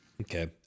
Okay